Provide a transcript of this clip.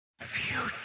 Future